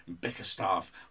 Bickerstaff